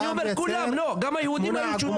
גם היהודים היו.